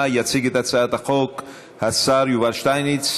והוועדה המוסמכת לדון בהצעת החוק היא ועדת הכלכלה.